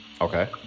Okay